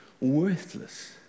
worthless